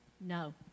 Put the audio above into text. No